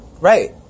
Right